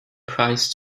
price